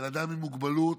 "אדם עם מוגבלות",